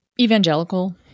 Evangelical